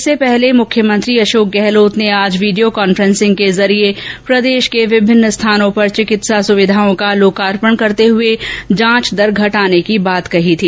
इससे पहले मुख्यमंत्री ने वीडियो कांफेंस के जरिये प्रदेश के विभिन्न स्थानों पर चिकित्सा सुविधाओं का लोकार्पण करते हुए जांच दर घटाने की बात कही थी